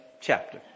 chapter